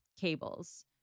cables